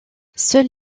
seuls